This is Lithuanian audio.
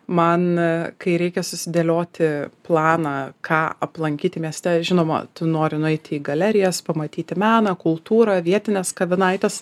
man kai reikia susidėlioti planą ką aplankyti mieste žinoma tu nori nueiti į galerijas pamatyti meną kultūrą vietines kavinaites